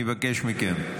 אני מבקש מכם.